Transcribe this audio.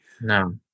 No